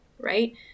right